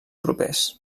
propers